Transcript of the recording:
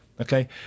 Okay